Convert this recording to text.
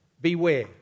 Beware